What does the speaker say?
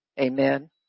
Amen